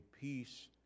peace